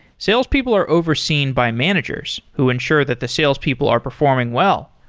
sales people are overseen by managers who ensure that the sales people are performing well.